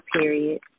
period